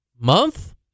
month